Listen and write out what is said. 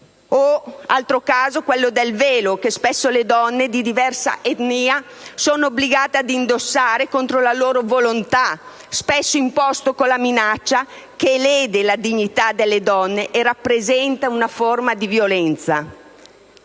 parere gravissima. O al velo, che spesso le donne di diversa etnia sono obbligate ad indossare contro la loro volontà, spesso imposto con la minaccia, che lede la dignità delle donne e rappresenta una forma dì violenza.